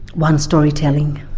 one storytelling.